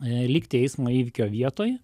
likti eismo įvykio vietoj